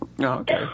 okay